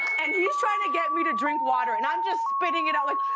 and he's trying to get me to drink water, and i'm just spitting it out like,